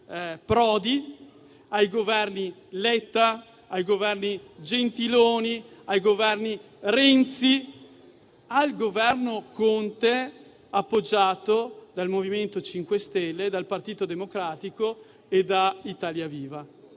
Prodi ai Governi Letta, Gentiloni e Renzi, fino al Governo Conte, appoggiato dal MoVimento 5 Stelle, dal Partito Democratico e da Italia Viva.